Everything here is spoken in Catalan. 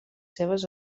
seves